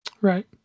right